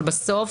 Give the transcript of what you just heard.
אבל בסוף